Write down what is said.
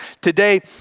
Today